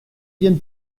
bien